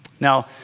Now